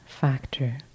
factor